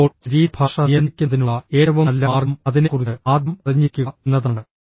ഇപ്പോൾ ശരീരഭാഷ നിയന്ത്രിക്കുന്നതിനുള്ള ഏറ്റവും നല്ല മാർഗം അതിനെക്കുറിച്ച് ആദ്യം അറിഞ്ഞിരിക്കുക എന്നതാണ്